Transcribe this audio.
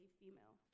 female